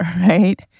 right